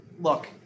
look